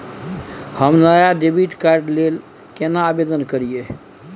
हम नया debit card के लेल केना आवेदन करियै?